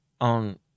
on